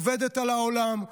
עובדת על העולם,